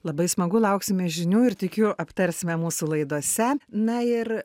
labai smagu lauksime žinių ir tikiu aptarsime mūsų laidose na ir